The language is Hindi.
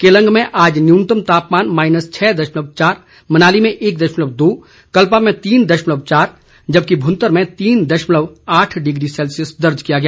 केलंग में आज न्यूनतम तापमान माइनस छः दशमलव चार मनाली में एक दशमलव दो कल्पा में तीन दशमलव चार जबकि भुंतर में तीन दशमलव आठ डिग्री सेल्सियस दर्ज किया गया